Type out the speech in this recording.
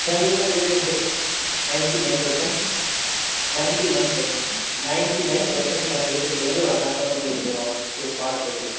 छः बजे तक दे देंगे ninety nine percent ninety nine percent ninety nine percent छः बजे तक देंगे वरना कल देंगे फिर पाँच बजे